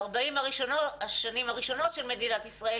ב-40 השנים הראשונות של מדינת ישראל,